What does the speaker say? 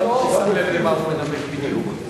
אני לא שם לב מה הוא מנמק בדיוק.